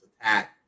attack